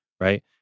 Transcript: right